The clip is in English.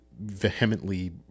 vehemently